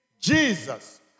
Jesus